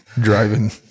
driving